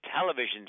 television